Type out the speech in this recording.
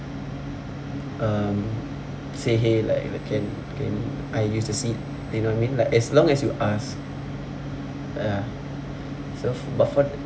um say !hey! like can can I use the seat you know what I mean like as long as you ask ya so f~ but for the